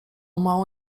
mało